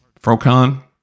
Frocon